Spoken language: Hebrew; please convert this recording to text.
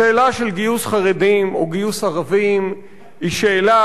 השאלה של גיוס חרדים או גיוס ערבים היא שאלה